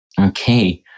Okay